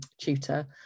tutor